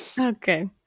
Okay